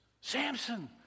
Samson